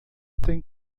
tem